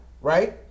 right